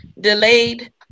delayed